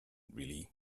really